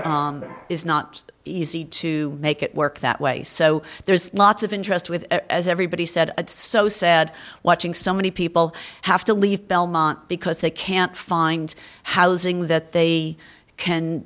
is not easy to make it work that way so there's lots of interest with as everybody said it's so sad watching so many people have to leave belmont because they can't find housing that they can